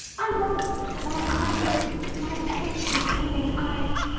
i want my eyes my patient, willing eyes.